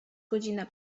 godzina